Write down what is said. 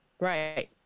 Right